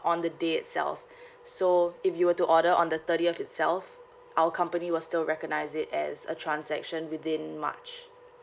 on the day itself so if you were to order on the thirtieth itself our company will still recognise it as a transaction within march